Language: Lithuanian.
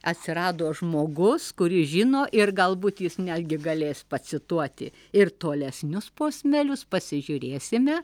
atsirado žmogus kuris žino ir galbūt jis netgi galės pacituoti ir tolesnius posmelius pasižiūrėsime